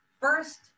first